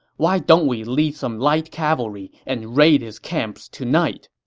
why don't we lead some light cavalry and raid his camps tonight?